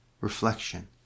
reflection